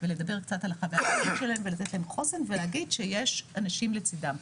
ולדבר קצת על החוויה האישית שלהם ולתת להם חוסן ולהגיד שיש אנשים לצידם.